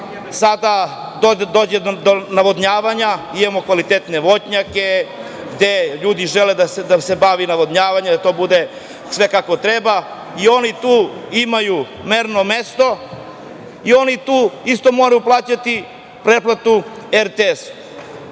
sada dođe do navodnjavanja, imamo kvalitetne voćnjake, gde ljudi žele da se bavi navodnjavanje, da to bude sve kako treba i oni tu imaju merno mesto i oni tu isto moraju plaćati pretplatu RTS-u. To